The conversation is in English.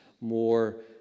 more